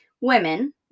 Women